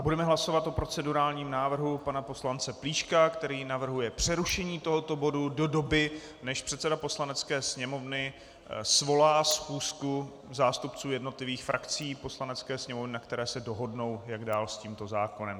Budeme hlasovat o procedurálním návrhu pana poslance Plíška, který navrhuje přerušení tohoto bodu do doby, než předseda Poslanecké sněmovny svolá schůzku zástupců jednotlivých frakcí Poslanecké sněmovny, na které se dohodnou, jak dál s tímto zákonem.